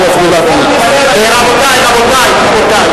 רבותי, רבותי.